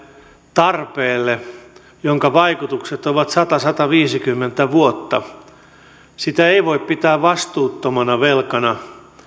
tarpeelle jonka vaikutukset ovat sata viiva sataviisikymmentä vuotta ei voi pitää vastuuttomana velkana